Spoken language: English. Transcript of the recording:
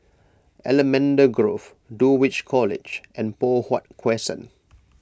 Allamanda Grove Dulwich College and Poh Huat Crescent